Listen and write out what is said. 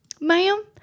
ma'am